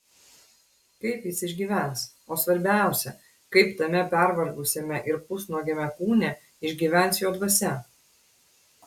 kaip jis išgyvens o svarbiausia kaip tame pervargusiame ir pusnuogiame kūne išgyvens jo dvasia